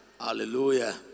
Hallelujah